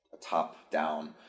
top-down